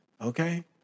Okay